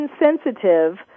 insensitive